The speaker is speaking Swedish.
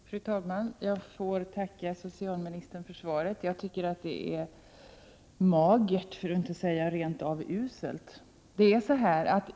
Fru talman! Jag får tacka socialministern för svaret. Jag tycker att det är magert, för att inte säga rent av uselt.